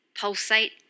pulsate